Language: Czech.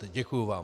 Děkuji vám.